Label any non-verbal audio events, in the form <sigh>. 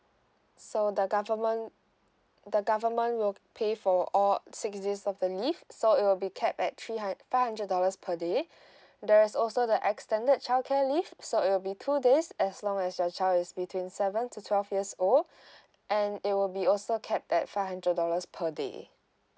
so the government the government will pay for all six days of the leave so it will be capped at three hund~ five hundred dollars per day <breath> there is also the extended childcare leave so it will be two days as long as your child is between seven to twelve years old <breath> and it will be also capped at five hundred dollars per day